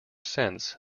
sense